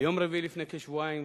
ביום רביעי לפני כשבועיים